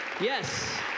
yes